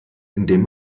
indem